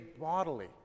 bodily